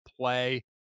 play